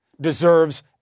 deserves